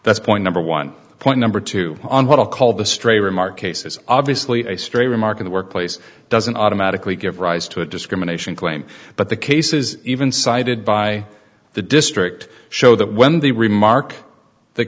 that's point number one point number two on what i'll call the straight remark case is obviously a straight remark in the workplace doesn't automatically give rise to a discrimination claim but the cases even cited by the district show that when they remark that